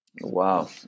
Wow